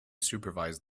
supervise